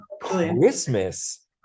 christmas